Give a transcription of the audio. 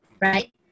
right